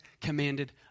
commanded